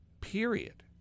period